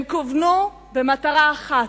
הם כוונו במטרה אחת: